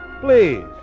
Please